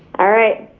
alright,